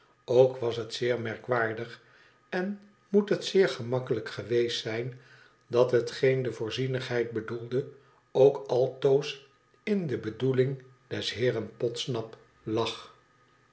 ook was het zeer merkwaardig en moet het zeer gemakkelijk geweest zijn dat hetgeen de voorzienigheid bedoelde ook altoos in de bedoeling des heeren podsnap lag